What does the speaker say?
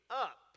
up